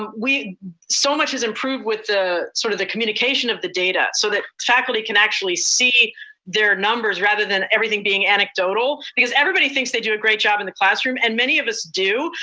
we so much has improved with the sort of the communication of the data so that faculty can actually see their numbers rather than everything being anecdotal, because everybody thinks they do a great job in the classroom and many of us do,